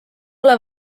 ole